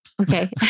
Okay